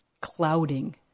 clouding